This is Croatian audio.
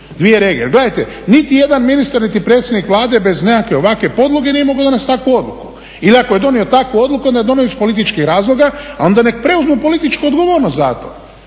regije. Jel gledajte, niti jedan ministar niti predsjednik Vlade bez nekakve ovakve podloge nije mogao donesti takvu odluku, ili ako je donio takvu odluku, onda je donio iz političkih razloga, a onda neka preuzme političku odgovornost za to